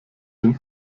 den